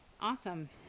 Awesome